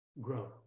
grow